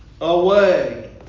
away